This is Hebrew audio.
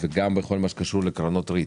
ועשינו רפורמה משמעותית במה שקשור לקרנות ריט.